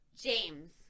James